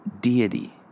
deity